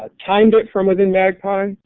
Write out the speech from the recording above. ah timed it from within magpie.